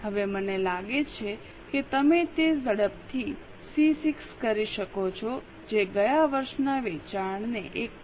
હવે મને લાગે છે કે તમે તે ઝડપથી સી 6 કરી શકો છો જે ગયા વર્ષના વેચાણને 1